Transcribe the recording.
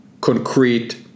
concrete